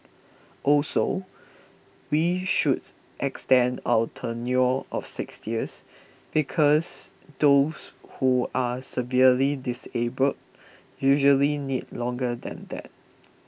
also we should extend our tenure of six years because those who are severely disabled usually need longer than that